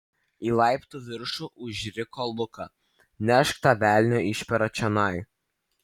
į laiptų viršų užriko luka nešk tą velnio išperą čionai